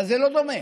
אבל זה לא דומה.